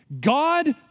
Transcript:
God